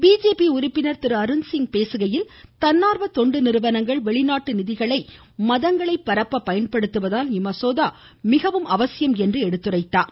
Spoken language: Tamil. பிஜேபி உறுப்பினர் திரு அருண்சிங் பேசுகையில் தன்னார்வ தொண்டு நிறுவனங்கள் வெளிநாட்டு நிதிகளை மதங்களை பரப்ப பயன்படுத்துவதால் இம்மசோதா மிகவும் அவசியம் என்று எடுத்துரைத்தார்